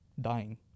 dying